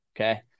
Okay